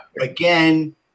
Again